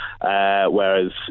Whereas